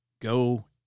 go